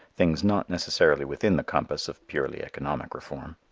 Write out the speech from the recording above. things not necessarily within the compass of purely economic reform.